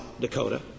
Dakota